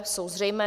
Jsou zřejmé.